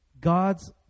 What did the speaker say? God's